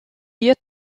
hier